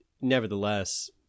nevertheless